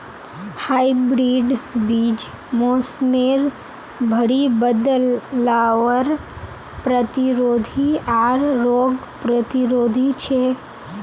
hybrid बीज मोसमेर भरी बदलावर प्रतिरोधी आर रोग प्रतिरोधी छे